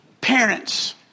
parents